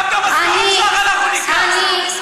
גם את המשכורת שלך אנחנו ניקח, אני אתרום,